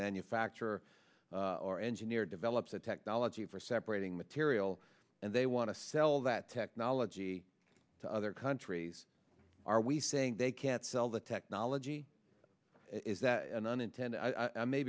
manufacturer or engineer develops a technology for separating material and they want to sell that technology to other countries are we saying they can't sell the technology is that an unintended i may